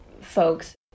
folks